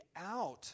out